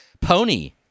pony